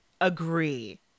agree